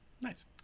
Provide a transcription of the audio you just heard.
Nice